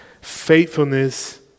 Faithfulness